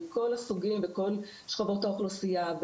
מכל הסוגים ובכל שכבות האוכלוסייה.